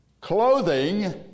Clothing